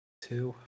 Two